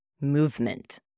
movement